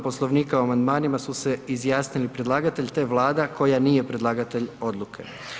Poslovnika, o amandmanima su se izjasnili predlagatelj te Vlada koja nije predlagatelj odluke.